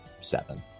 seven